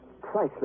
priceless